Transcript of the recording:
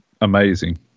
amazing